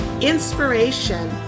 inspiration